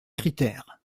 critère